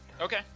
Okay